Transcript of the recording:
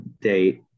date